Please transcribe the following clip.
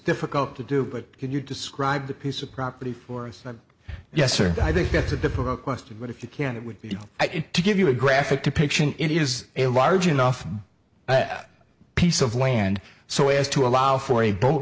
difficult to do but could you describe the piece of property for us yes or i think that's a different question but if you can it would be to give you a graphic depiction it is a large enough piece of land so as to allow for a boat